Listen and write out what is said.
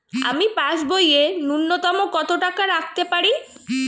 আমি পাসবইয়ে ন্যূনতম কত টাকা রাখতে পারি?